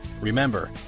Remember